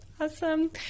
Awesome